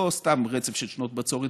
ולא סתם רצף של שנות בצורת,